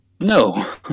No